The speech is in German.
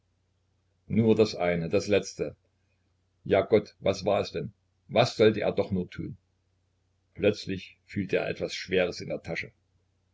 nur das eine das letzte ja gott was war es denn was sollte er doch nur tun plötzlich fühlte er etwas schweres in der tasche